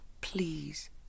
please